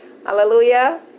Hallelujah